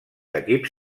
equips